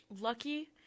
lucky